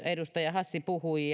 edustaja hassi puhui